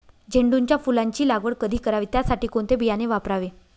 झेंडूच्या फुलांची लागवड कधी करावी? त्यासाठी कोणते बियाणे वापरावे?